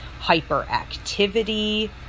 hyperactivity